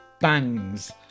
bangs